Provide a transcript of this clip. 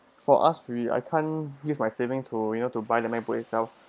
for us we I can't use my saving to you know to buy the MacBook itself